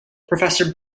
professor